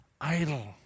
idle